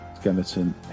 skeleton